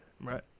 Right